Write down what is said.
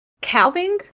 calving